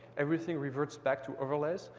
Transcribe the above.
everything reverts back to overlays.